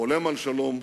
חולם על שלום,